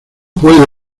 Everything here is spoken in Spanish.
puedo